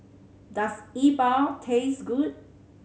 does E Bua taste good